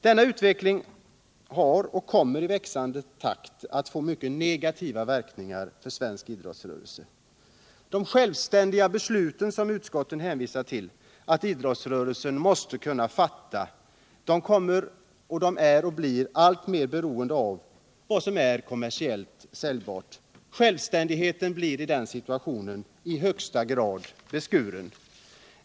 Denna utveckling har fått, och kommer i växande takt att få, mycket negativa verkningar för den svenska idrottsrörelsen. De självständiga beslut som utskottet säger att idrottsrörelsen måste kunna fatta är, och blir alltmer, beroende av vad som är kommersiellt säljbart. Självständigheten blir i den situationen i högsta grad beskuren.